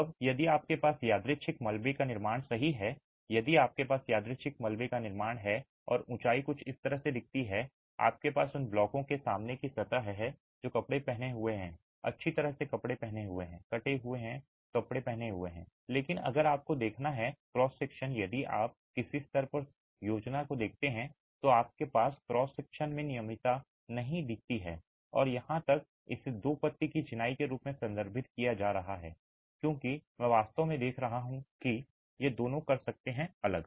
अब यदि आपके पास यादृच्छिक मलबे का निर्माण सही है यदि आपके पास यादृच्छिक मलबे का निर्माण है और ऊँचाई कुछ इस तरह दिखती है आपके पास उन ब्लॉकों की सामने की सतह है जो कपड़े पहने हुए हैं अच्छी तरह से कपड़े पहने हुए हैं कटे हुए और कपड़े पहने हुए हैं लेकिन अगर आपको देखना है क्रॉस सेक्शन यदि आप किसी भी स्तर पर योजना को देखते हैं तो आपको क्रॉस सेक्शन में एक नियमितता नहीं दिखती है और यहाँ इसे दो पत्ती की चिनाई के रूप में संदर्भित किया जा रहा है क्योंकि मैं वास्तव में देख सकता हूँ कि ये दोनों कर सकते हैं अलग